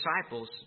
disciples